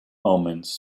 omens